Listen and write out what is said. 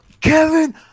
kevin